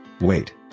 Wait